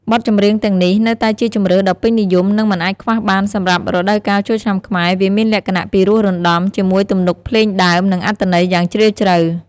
បទចម្រៀងទាំងនេះ នៅតែជាជម្រើសដ៏ពេញនិយម និងមិនអាចខ្វះបានសម្រាប់រដូវកាលចូលឆ្នាំខ្មែរ វាមានលក្ខណៈពីរោះរណ្តំ ជាមួយទំនុកភ្លេងដើម និងអត្ថន័យយ៉ាងជ្រាលជ្រៅ។